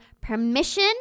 permission